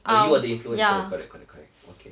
oh you are the influencer correct correct correct okay